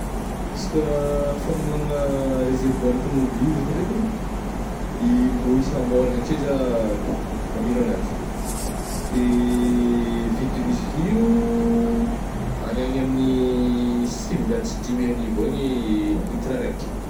Izy ka famegnoana reservoir agna tômôbily zey ndrekagny, in-drôa isam-bolagna akeo zah mamegno agnanjy, de vidign'izy io agny agny amin'ny sivinjato sy dimy arivo agny litre raiky.